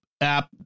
app